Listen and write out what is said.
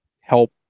help